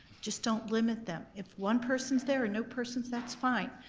just don't limit them. if one person's there or no person, that's fine.